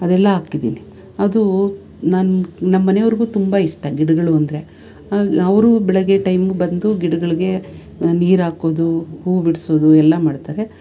ಅದೆಲ್ಲ ಹಾಕಿದ್ದೀನಿ ಅದು ನನ್ನ ನಮ್ಮ ಮನೆಯವ್ರಿಗೂ ತುಂಬ ಇಷ್ಟ ಗಿಡಗಳು ಅಂದರೆ ಅವ್ರೂ ಬೆಳಗ್ಗೆ ಟೈಮು ಬಂದು ಗಿಡಗಳಿಗೆ ನೀರು ಹಾಕೋದು ಹೂ ಬಿಡ್ಸೋದು ಎಲ್ಲ ಮಾಡ್ತಾರೆ